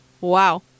Wow